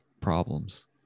problems